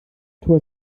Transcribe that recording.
tor